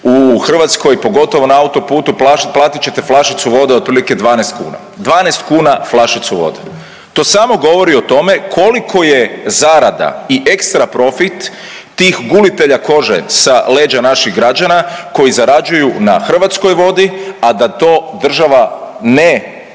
u Hrvatskoj pogotovo na autoputu platit ćete flašicu vode otprilike 12 kuna, 12 kuna flašicu vode. To samo govori o tome koliko je zarada i ekstra profit tih gulitelja kože sa leđa naših građana koji zarađuju na hrvatskoj vodi, a da to država ne ubire